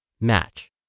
Match